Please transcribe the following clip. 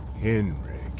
Henrik